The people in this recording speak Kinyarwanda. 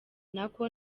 nako